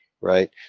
Right